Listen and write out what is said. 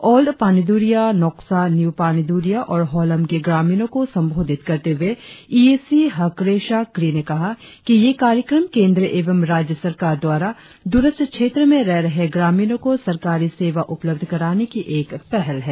old Paniduria Noksa new Paniduria और होलम के ग्रामीणों को संबोधित करते हुए E A C Hakresha Kri ने कहा कि ये कार्यक्रम केंद्र एवं राज्य सरकार द्वारा दूरश्त क्षेत्र में रहरहे ग्रामीणो को सरकारी सेवा उपलब्ध कराने की एक पहल है